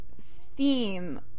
theme